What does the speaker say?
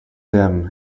dim